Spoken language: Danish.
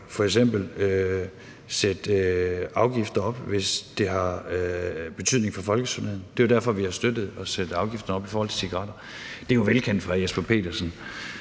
f.eks. at sætte afgifter op, hvis det har betydning for folkesundheden. Det er derfor, vi har støttet at sætte afgiften op på cigaretter. Det er jo velkendt for hr. Jesper Petersen.